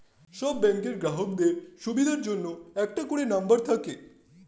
সব ব্যাংকের গ্রাহকের সুবিধার জন্য একটা করে নম্বর থাকে